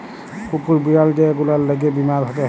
কুকুর, বিড়াল যে গুলার ল্যাগে বীমা থ্যাকে